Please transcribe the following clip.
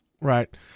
right